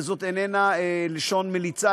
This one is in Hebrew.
וזאת איננה לשון מליצה,